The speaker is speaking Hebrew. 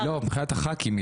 מבחינת חברי הכנסת.